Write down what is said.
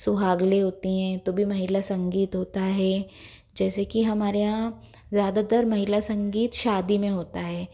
सुहागनें होती हैं तो भी महिला संगीत होता है जैसे कि हमारे यहाँ ज़्यादातर महिला संगीत शादी में होता है